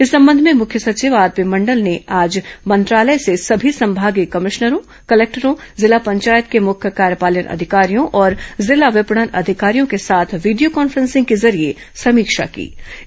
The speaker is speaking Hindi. इस संबंध में मुख्य सचिव आरपी मंडल ने आज मंत्रालय से सभी संभागीय कमिश्नरों कलेक्टरों जिला पंचायत के मुख्य कार्यपालन अधिकारियों और जिला विपणन अधिकारियों के साथ वीडियो कॉन्फ्रेंसिंग के जरिये समीक्षा कीँ